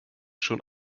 schon